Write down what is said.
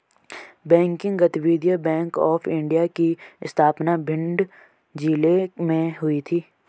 banking गतिविधियां bank of India की स्थापना भिंड जिले में हुई थी